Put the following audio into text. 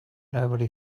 nobody